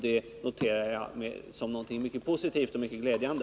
Det noterar jag som någonting mycket positivt och mycket glädjande.